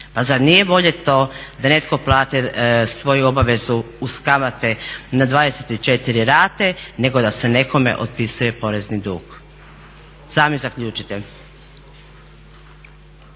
Pa zar nije bolje to da netko plati svoju obavezu uz kamate na 24 rate nego da se nekome otpisuje porezni dug? Sami zaključite.